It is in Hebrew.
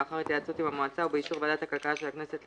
לאחר התייעצות עם המועצה ובאישור ועדת הכלכלה של הכנסת,